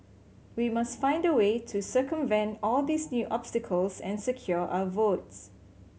we must find a way to circumvent all these new obstacles and secure our votes